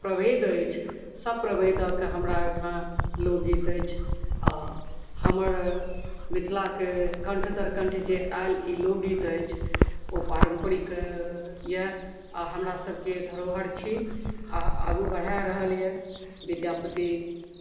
प्रभेध अछि सब प्रभेधक हमरा एहिठाम लोकगीत अछि आ हमर मिथिलाकेँ कंठ दर कंठ जे आयल ई लोकगीत अछि ओ पारंपरिक यऽ आ हमरा सबकेँ धरोहर छी आ आगू बढ़ाय रहल यऽ विद्यापति